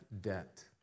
debt